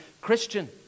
Christian